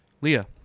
Leah